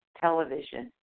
television